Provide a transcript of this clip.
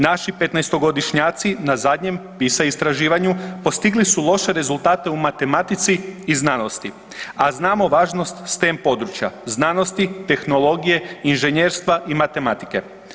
Naši 15-godišnjaci na zadnjem PISA istraživanju postigli su loše rezultate u matematici i znanosti, a znamo važnost STEM područja, znanosti, tehnologije, inženjerstva i matematike.